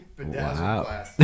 wow